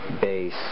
base